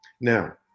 Now